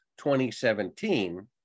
2017